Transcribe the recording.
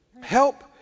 Help